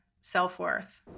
self-worth